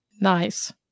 Nice